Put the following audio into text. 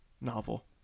Novel